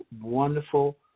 wonderful